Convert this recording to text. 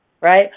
right